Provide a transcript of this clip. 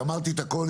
אמרתי את הכל,